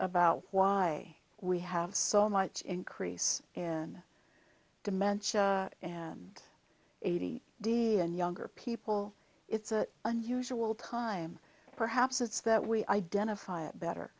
about why we have so much increase in dementia and eighty d and younger people it's an unusual time perhaps it's that we identify it better